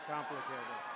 Complicated